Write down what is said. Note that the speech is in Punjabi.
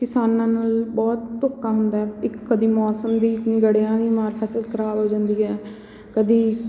ਕਿਸਾਨਾਂ ਨਾਲ ਬਹੁਤ ਧੱਕਾ ਹੁੰਦਾ ਹੈ ਇੱਕ ਕਦੀ ਮੌਸਮ ਦੀ ਗੜਿਆਂ ਦੀ ਮਾਰ ਫ਼ਸਲ ਖਰਾਬ ਹੋ ਜਾਂਦੀ ਹੈ ਕਦੀ